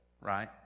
right